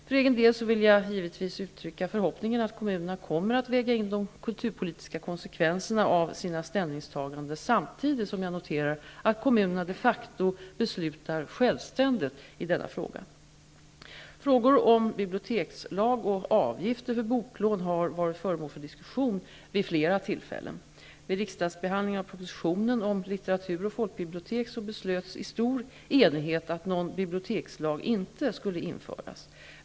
För egen del vill jag givetvis uttrycka förhoppningen att kommunerna kommer at väga in de kulturpolitiska konsekvenserna av sina ställningstaganden samtidigt som jag noterar att kommunerna de facto beslutar självständigt i denna fråga. Frågor om bibliotekslag och avgifter för boklån har varit föremål för diskussion vid flera tillfällen. Vid riksdagsbehandlingen av propositionen om litteratur och folkbibliotek beslöts i stor enighet att någon bibliotekslag inte skulle införas.